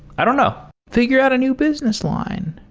i don't know figure out a new business line.